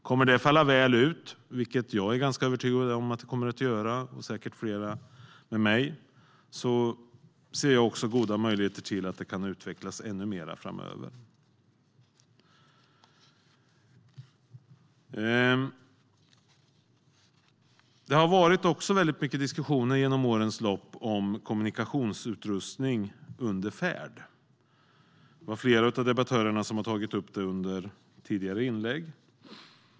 Kommer det att falla väl ut, vilket jag är ganska övertygad om att det kommer att göra, och säkert flera med mig, ser jag goda möjligheter till att det kan utvecklas ännu mer framöver. Det har också varit väldigt många diskussioner genom årens lopp om kommunikationsutrustning under färd. Flera av debattörerna har tagit upp det under tidigare inlägg.